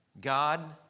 God